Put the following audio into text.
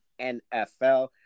NFL